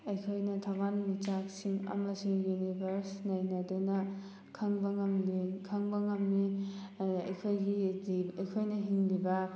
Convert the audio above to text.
ꯑꯩꯈꯣꯏꯅ ꯊꯋꯥꯟꯃꯤꯆꯥꯛꯁꯤꯡ ꯑꯃꯁꯨꯡ ꯌꯨꯅꯤꯚꯔꯁ ꯅꯩꯅꯗꯨꯅ ꯈꯪꯕ ꯉꯝꯗꯦ ꯈꯪꯕ ꯉꯝꯃꯤ ꯑꯗꯨꯗ ꯑꯩꯈꯣꯏꯒꯤꯗꯤ ꯑꯩꯈꯣꯏꯅ ꯍꯤꯡꯂꯤꯕ